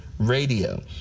radio